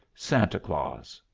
santa claus.